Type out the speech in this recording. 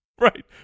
Right